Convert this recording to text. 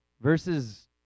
versus